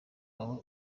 wawe